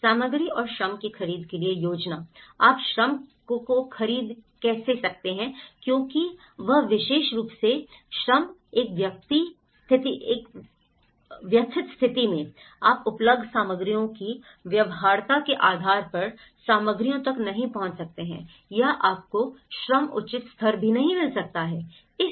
सामग्री और श्रम की खरीद के लिए योजना आप श्रम की खरीद कैसे करते हैं क्योंकि यह विशेष रूप से विशेष रूप से श्रम एक व्यथित स्थिति में आप उपलब्ध सामग्रियों की व्यवहार्यता के आधार पर सामग्रियों तक नहीं पहुंच सकते हैं या आपको श्रम उचित स्तर भी नहीं मिल सकता है